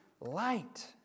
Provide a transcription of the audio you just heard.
light